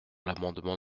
l’amendement